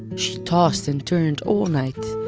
she tossed and turned all night,